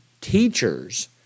teachers